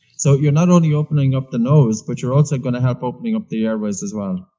so you're not only opening up the nose, but you're also gonna help opening up the airways as well.